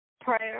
prayer